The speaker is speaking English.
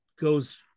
goes